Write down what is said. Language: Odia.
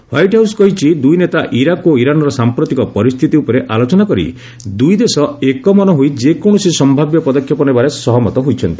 ହ୍ୱାଇଟ୍ ହାଉସ୍ କହିଛି ଦୁଇ ନେତା ଇରାକ୍ ଓ ଇରାନ୍ର ସାମ୍ପ୍ରତିକ ପରିସ୍ଥିତି ଉପରେ ଆଲୋଚନା କରି ଦୁଇ ଦେଶ ଏକ ମନ ହୋଇ ଯେକୌଣସି ସମ୍ଭାବ୍ୟ ପଦକ୍ଷେପ ନେବାରେ ସହମତ ହୋଇଛନ୍ତି